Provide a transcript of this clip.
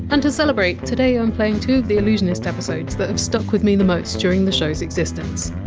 and to celebrate, today i! m playing two of the allusionist episodes that have stuck with me the most during the show! s existence.